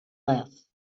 less